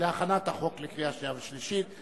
ולהכנת החוק לקריאה שנייה ושלישית.